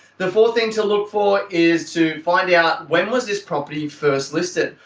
the fourth thing to look for is to find out when was this property first listed.